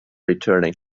returning